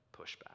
pushback